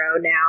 now